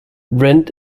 rent